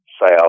south